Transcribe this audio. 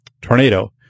tornado